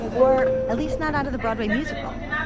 or at least not out of the broadway musical?